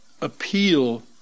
appeal